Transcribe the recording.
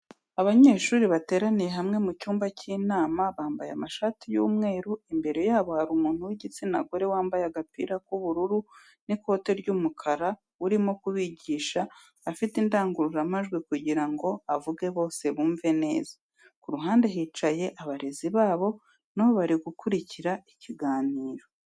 Abanyeshuri bateraniye hamwe mu cyumba cy'inama bambaye amashati y'umweru, imbere yabo hari umuntu w'igitsina gore, wambaye agapira k'ubururu n'ikoti ry'umukara urimo kubigisha afite indangururamajwi kugira ngo avuge bose bamwumve neza. Ku ruhande hicaye abarezi babo na bo bari gukurikira ikiganiro.